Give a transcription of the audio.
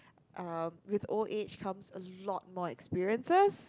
with old age comes a lot more experiences